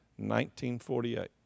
1948